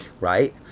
right